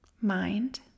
Mind